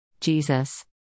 Jesus